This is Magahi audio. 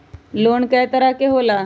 लोन कय तरह के होला?